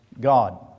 God